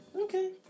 Okay